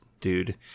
dude